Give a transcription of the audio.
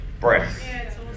breath